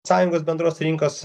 sąjungos bendros rinkos